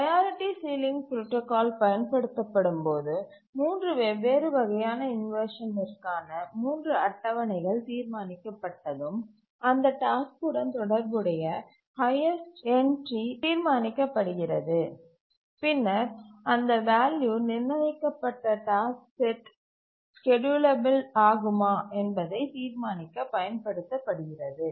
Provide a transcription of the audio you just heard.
priority ceiling protocol பயன்படுத்த படும்போது 3 வெவ்வேறு வகையான இன்வர்ஷனிற்கு ஆன 3 அட்டவணைகள் தீர்மானிக்கப்பட்டதும் அந்த டாஸ்க்குடன் தொடர்புடைய ஹைஎஸ்ட் என்ட்றி தீர்மானிக்கப்படுகிறது பின்னர் அந்த வேல்யூ நிர்ணயிக்கப்பட்ட டாஸ்க் செட் ஸ்கேட்யூலபில் ஆகுமா என்பதை தீர்மானிக்க பயன்படுத்த படுகிறது